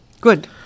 Good